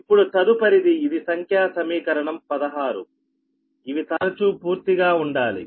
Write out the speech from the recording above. ఇప్పుడు తదుపరిది ఇది సంఖ్యా సమీకరణం 16 ఇవి తరచూ పూర్తిగా ఉండాలి